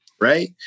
Right